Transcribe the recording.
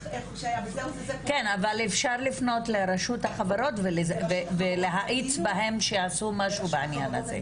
כן אבל אפשר לפנות לרשות החברות ולהאיץ בהם שיעשו משהו בעניין הזה.